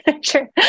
Sure